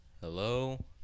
Hello